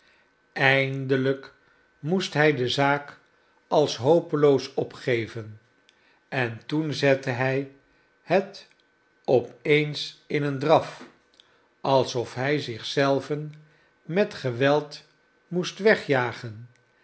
eindelijk moest hij de zaak als hopeloos opgeven en toen zette hij het op eens in een draf alsof hij zich zelven met geweld moest wegjagen